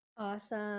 Awesome